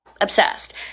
obsessed